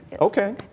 Okay